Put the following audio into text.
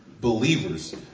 believers